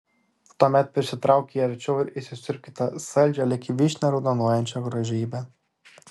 tuomet prisitrauk jį arčiau ir įsisiurbk į tą saldžią lyg vyšnia raudonuojančią grožybę